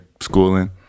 schooling